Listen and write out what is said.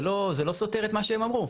זה לא, זה לא סותר את מה שהם אמרו.